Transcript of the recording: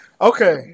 Okay